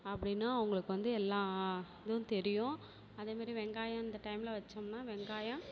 அப்படின்னு அவங்களுக்கு வந்து எல்லா இதுவும் தெரியும் அதே மாரி வெங்காயம் இந்த டைமில் வச்சோம்னால் வெங்காயம்